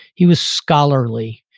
he was scholarly.